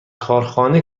کارخانه